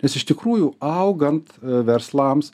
nes iš tikrųjų augant verslams